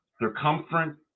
circumference